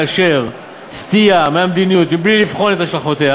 וסטייה מהמדיניות בלי לבחון את השלכותיה